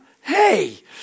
hey